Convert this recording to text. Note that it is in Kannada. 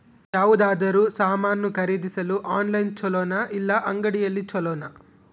ಯಾವುದಾದರೂ ಸಾಮಾನು ಖರೇದಿಸಲು ಆನ್ಲೈನ್ ಛೊಲೊನಾ ಇಲ್ಲ ಅಂಗಡಿಯಲ್ಲಿ ಛೊಲೊನಾ?